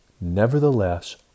Nevertheless